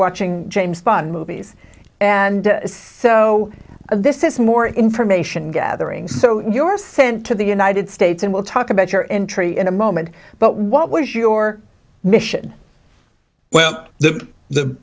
watching james bond movies and so this is more information gathering so you're sent to the united states and we'll talk about your entry in a moment but what was your mission well that the